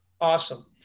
awesome